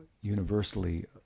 universally